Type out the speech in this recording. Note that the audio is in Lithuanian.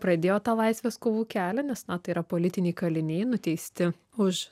pradėjo tą laisvės kovų kelią nes tai yra politiniai kaliniai nuteisti už